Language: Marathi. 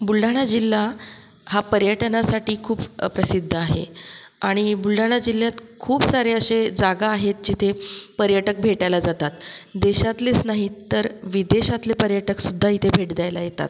बुलढाणा जिल्हा हा पर्यटनासाठी खूप प्रसिद्ध आहे आणि बुलढाणा जिल्ह्यात खूप सारे असे जागा आहेत जिथे पर्यटक भेटायला जातात देशातलेच नाही तर विदेशातले पर्यटकसुद्धा इथे भेट द्यायला येतात